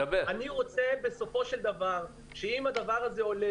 אני רוצה בסופו של דבר שאם הדבר הזה עולה